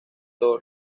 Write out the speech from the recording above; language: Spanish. todo